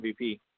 MVP